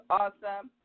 awesome